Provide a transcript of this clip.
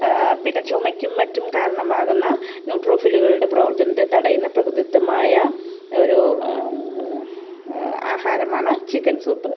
പിന്നെ ചുമക്കും മറ്റും കാരണമാകുന്ന ന്യൂട്രോഫിലുകളുടെ പ്രവർത്തനത്തെ തടയുന്ന പ്രകൃതിദത്തമായ ഒരു ആഹാരമാണ് ചിക്കൻ സൂപ്പ്